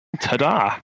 ta-da